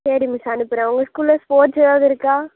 சரி மிஸ் அனுப்புகிறேன் உங்கள் ஸ்கூலில் ஸ்போர்ட்ஸ் எதாவது இருக்கா